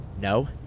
No